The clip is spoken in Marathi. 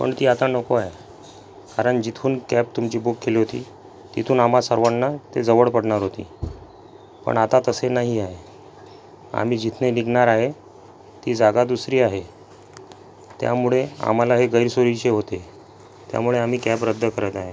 पण ती आता नको आहे कारण जिथून कॅब तुमची बुक केली होती तिथून आम्हा सर्वांना ती जवळ पडणार होती पण आता तसे नाही आहे आम्ही जिथून निघणार आहे ती जागा दुसरी आहे त्यामुळे आम्हाला हे गैरसोयीचे होते त्यामुळे आम्ही कॅब रद्द करत आहे